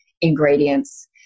ingredients